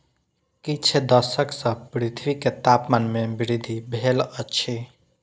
किछ दशक सॅ पृथ्वी के तापमान में वृद्धि भेल अछि